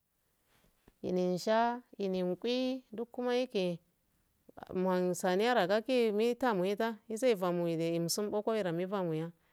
Innensha inenkui ddukkuma yeke muhan sane yaro gake mitamyeta iseye famohe koa kamoya mifamoya.